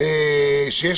פושטק קטן, זה מה שאתה.